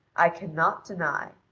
i cannot deny.